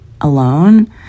alone